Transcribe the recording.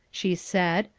she said.